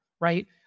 right